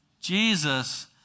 Jesus